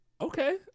okay